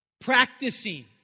practicing